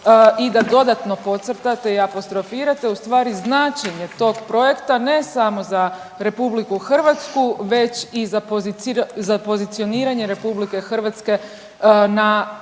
i da dodatno podcrtate i apostrofirate u stvari značenje tog projekta ne samo za RH već i za pozicioniranje RH na energetskoj karti odnosno